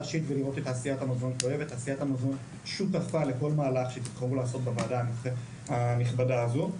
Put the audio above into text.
תעשיית המזון שותפה לכל מהלך שתבחרו לעשות בוועדה הנכבדה הזאת.